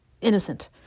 innocent